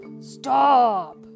Stop